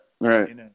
right